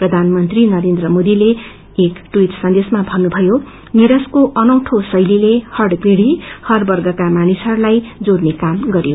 प्रधानमंत्री नरेन्द्र मोदीले एक टवीट संदेशमा भन्नुभयो नीरजको अनौठो शैलीले हर पीढ़ी र हर वर्गका मानिसहरूलाई जोड़ने काम गर्यो